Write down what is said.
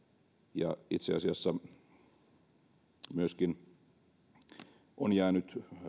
itse asiassa on myöskin jäänyt